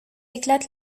éclate